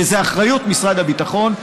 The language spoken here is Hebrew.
וזו אחריות משרד הביטחון,